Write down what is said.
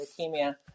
leukemia